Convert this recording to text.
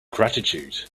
gratitude